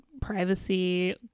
privacy